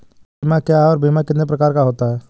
बीमा क्या है और बीमा कितने प्रकार का होता है?